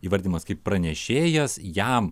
įvardinamas kaip pranešėjas jam